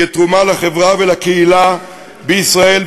כתרומה לחברה ולקהילה בישראל,